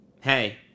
Hey